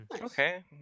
Okay